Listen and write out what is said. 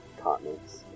continents